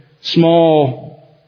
small